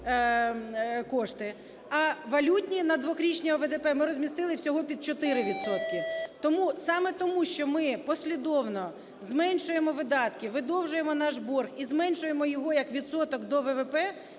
А валютні на дворічні ОВДП ми розмістили всього під 4 відсотки. Тому саме тому, що ми послідовно зменшуємо видатки, видовжуємо наш борг і зменшуємо його як відсоток до ВВП,